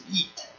eat